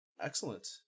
Excellent